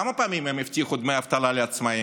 כמה פעמים הם הבטיחו דמי אבטלה לעצמאים?